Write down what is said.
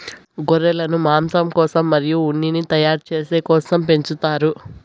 గొర్రెలను మాంసం కోసం మరియు ఉన్నిని తయారు చేసే కోసం పెంచుతారు